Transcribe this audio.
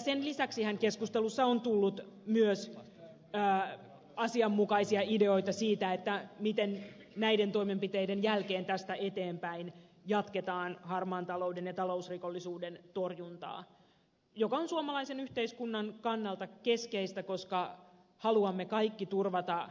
sen lisäksihän keskustelussa on tullut myös asianmukaisia ideoita siitä miten näiden toimenpiteiden jälkeen tästä eteenpäin jatketaan harmaan talouden ja talousrikollisuuden torjuntaa mikä on suomalaisen yhteiskunnan kannalta keskeistä koska haluamme kaikki turvata